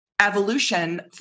evolution